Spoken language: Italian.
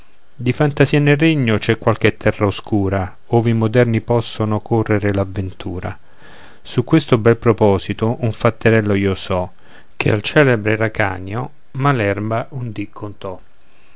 di fantasia nel regno c'è qualche terra oscura ove i moderni possono correre l'avventura su questo bel proposito un fatterello io so che al celebre racanio malerba un dì